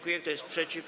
Kto jest przeciw?